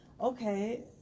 okay